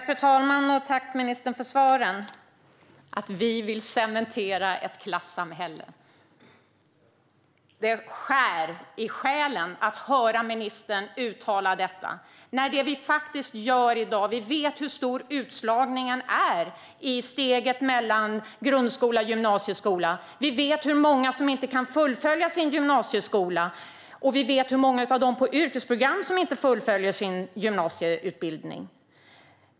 Fru talman! Tack, ministern, för svaren! Att vi vill cementera ett klassamhälle - det skär i själen att höra ministern uttala detta när man vet vad vi faktiskt gör i dag. Vi vet hur stor utslagningen är i steget mellan grundskola och gymnasieskola. Vi vet hur många som inte kan fullfölja sin gymnasieutbildning, och vi vet hur många av dem på yrkesprogrammen som inte gör det.